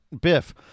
Biff